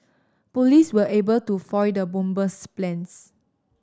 police were able to foil the bomber's plans